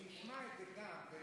שישמע גם את זה.